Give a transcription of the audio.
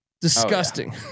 disgusting